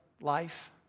life